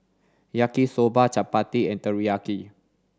Yaki Soba Chapati and Teriyaki